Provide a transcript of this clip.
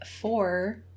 four